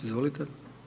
Izvolite.